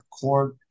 cord